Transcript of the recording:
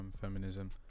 feminism